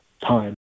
time